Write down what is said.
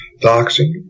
Doxing